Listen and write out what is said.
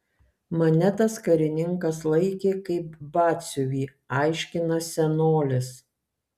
mane tas karininkas laikė kaip batsiuvį aiškina senolis